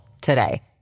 today